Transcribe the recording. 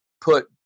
put